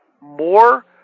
more